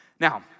Now